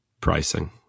pricing